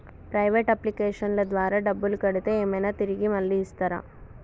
Private అప్లికేషన్ల ద్వారా డబ్బులు కడితే ఏమైనా తిరిగి మళ్ళీ ఇస్తరా?